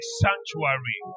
sanctuary